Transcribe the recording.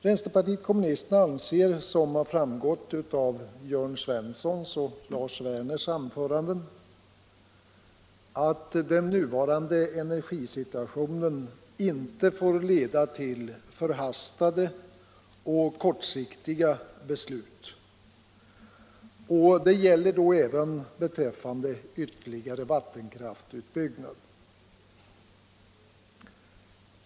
Vpk anser, såsom redovisats i Jörn Svenssons och Lars Werners anföranden, att den nuvarande energisituationen inte får leda till förhastade och kortsiktiga beslut, och det gäller då även beträffande ytterligare vattenkraftsutbyggnad.